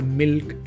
milk